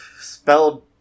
Spelled